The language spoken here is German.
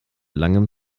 langem